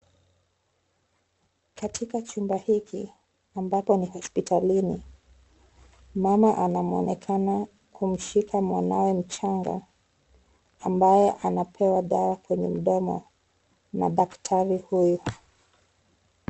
Katika chumba hiki ambapo ni hospitalini, mama anamuonekana kumshika mwanawe mchanga ambaye anapewa dawa kwenye mdomo na daktari huyu.